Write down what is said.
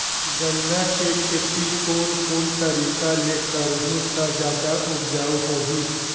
गन्ना के खेती कोन कोन तरीका ले करहु त जादा उपजाऊ होही?